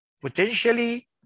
potentially